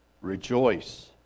Rejoice